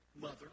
mother